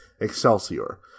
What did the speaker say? Excelsior